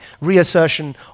reassertion